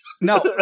No